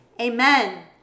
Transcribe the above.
Amen